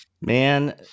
Man